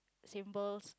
symbols